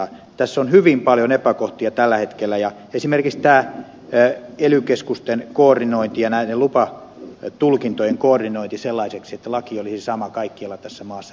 tässä on hyvin paljon epäkohtia tällä hetkellä ja esimerkiksi tämä ely keskusten koordinointi ja näiden lupatulkintojen koordinointi sellaiseksi että laki olisi sama kaikkialla tässä maassa meidän tulisi kyllä hoitaa